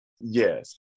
Yes